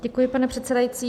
Děkuji, pane předsedající.